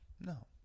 No